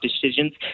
decisions